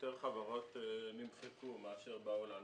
יותר חברות נמחקו מאשר באו להנפקות.